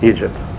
Egypt